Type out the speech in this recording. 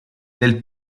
del